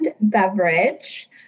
beverage